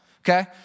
okay